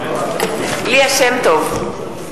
נגד ליה שמטוב,